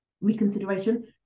reconsideration